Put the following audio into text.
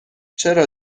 چرا